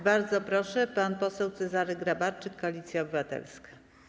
Bardzo proszę, pan poseł Cezary Grabarczyk, Koalicja Obywatelska.